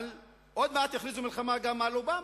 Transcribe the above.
עוד מעט יכריזו מלחמה גם על אובמה,